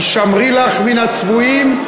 הישמרי לך מן הצבועים,